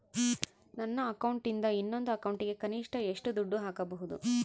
ನನ್ನ ಅಕೌಂಟಿಂದ ಇನ್ನೊಂದು ಅಕೌಂಟಿಗೆ ಕನಿಷ್ಟ ಎಷ್ಟು ದುಡ್ಡು ಹಾಕಬಹುದು?